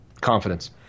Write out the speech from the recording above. confidence